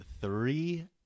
three